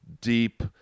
deep